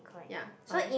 ya okay